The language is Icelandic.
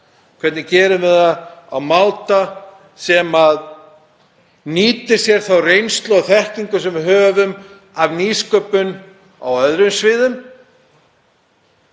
Hvernig gerum við það á máta sem nýtir sér þá reynslu og þekkingu sem við höfum af nýsköpun á öðrum sviðum